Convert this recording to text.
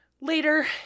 Later